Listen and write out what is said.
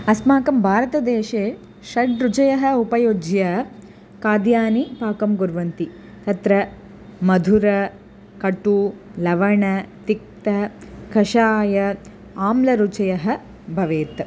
अस्माकं भारतदेशे षड्रुचयः उपयुज्य खाद्यानि पाकं कुर्वन्ति तत्र मधुरकटुलवणतिक्तकषायाम्लरुचयःभवेत्